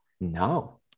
No